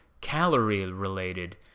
calorie-related